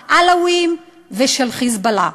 של העלאווים ושל "חיזבאללה"